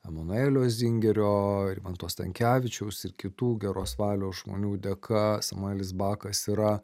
emanuelio zingerio rimanto stankevičiaus ir kitų geros valios žmonių dėka samuelis bakas yra